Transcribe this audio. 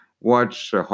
watch